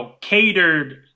catered